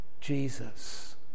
Jesus